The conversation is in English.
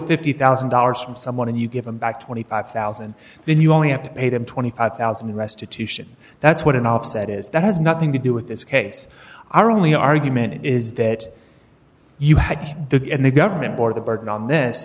fifty thousand dollars from someone and you give them back twenty five thousand then you only have to pay them twenty five thousand restitution that's what an offset is that has nothing to do with this case our only argument is that you had that and the government or the bark on this